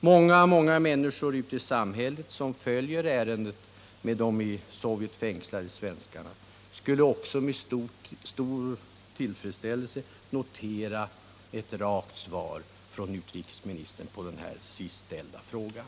Många, många människor ute i samhället som följer ärendet om de i Sovjet fängslade svens karna skulle också med stor tillfredställelse notera ett rakt svar från utrikesministern på den sist ställda frågan.